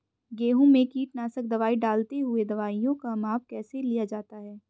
गेहूँ में कीटनाशक दवाई डालते हुऐ दवाईयों का माप कैसे लिया जाता है?